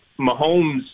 Mahomes